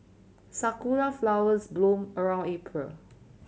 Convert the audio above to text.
sakura flowers bloom around April